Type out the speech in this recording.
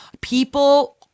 people